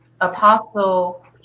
Apostle